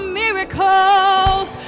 miracles